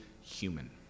human